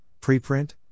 preprint